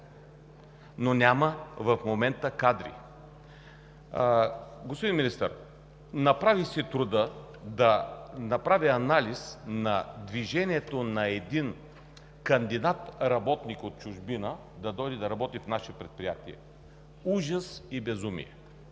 обаче няма кадри. Господин Министър, направих си труда да направя анализ на движението на един кандидат-работник от чужбина да работи в наше предприятие. Ужас и безумие!